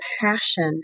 passion